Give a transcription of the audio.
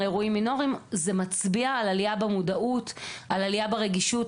זה מצביע על עלייה במודעות וברגישות,